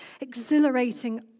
exhilarating